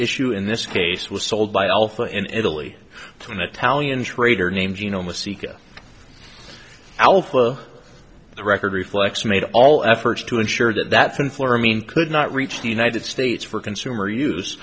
issue in this case was sold by alpha and italy to an italian trader named genome a secret alpha the record reflects made all efforts to ensure that that's one floor amine could not reach the united states for consumer use